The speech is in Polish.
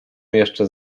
jeszcze